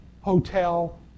Hotel